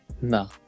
no